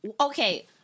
Okay